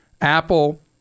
Apple